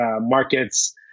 markets